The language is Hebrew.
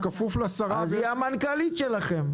אם כך, הילה חדד היא המנכ"לית שלכם.